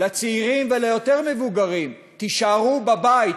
לצעירים וליותר מבוגרים: תישארו בבית,